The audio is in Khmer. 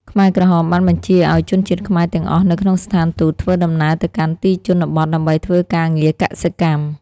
ខ្មែរក្រហមបានបញ្ជាឱ្យជនជាតិខ្មែរទាំងអស់នៅក្នុងស្ថានទូតធ្វើដំណើរទៅកាន់ទីជនបទដើម្បីធ្វើការងារកសិកម្ម។